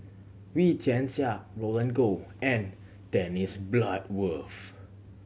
Wee Tian Siak Roland Goh and Dennis Bloodworth